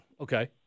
Okay